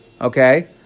okay